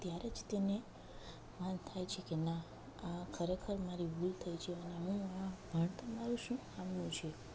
ત્યારે જ તેને ભાન થાય છે કે ના આ ખરેખર મારી ભૂલ થઈ છે અને હું આ ભણતર મારું શું કામનું છે